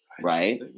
right